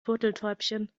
turteltäubchen